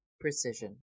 precision